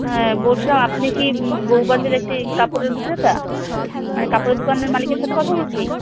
হ্যাঁ বলছিলাম আপনে কি বউ বাজারেতে কাপড়ের বিক্রেতা আমি কাপড়ের দোকানের মালিকের সাথে কথা বলছি